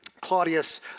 Claudius